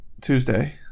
Tuesday